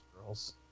girls